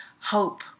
hope